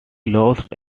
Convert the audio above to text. lost